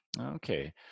Okay